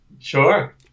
Sure